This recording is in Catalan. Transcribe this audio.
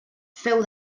feu